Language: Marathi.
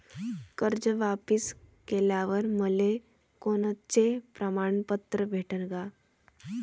कर्ज वापिस केल्यावर मले कोनचे प्रमाणपत्र भेटन का?